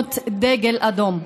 מרימות דגל אדום.